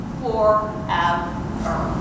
forever